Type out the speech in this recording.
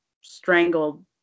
strangled